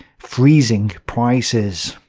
freezing prices.